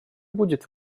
будет